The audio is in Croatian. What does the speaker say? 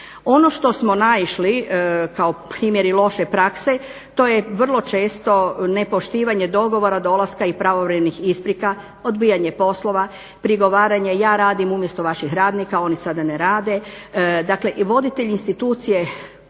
Ono što smo naišli kao primjeri loše prakse to je vrlo često nepoštivanje dogovora, dolaska i …/Govornica se ne razumije. isprika, odbijanje poslova, prigovaranja ja radim umjesto vaših radnika, oni sada ne rade i dakle voditelj institucije